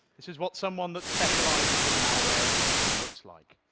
this is what someone that specializes in malware and hacking looks like.